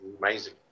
Amazing